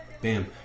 Bam